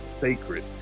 sacred